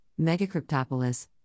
Megacryptopolis